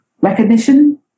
recognition